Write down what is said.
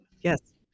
Yes